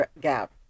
gap